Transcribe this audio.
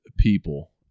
people